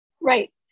right